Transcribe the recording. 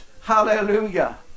Hallelujah